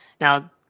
Now